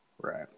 Right